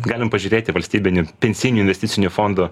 galim pažiūrėti valstybinių pensijinių investicinių fondų